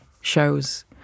shows